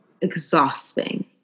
exhausting